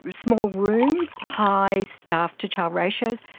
small rooms, high staff-to-child ratios.